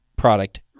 product